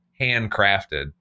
handcrafted